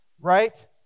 right